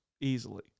Easily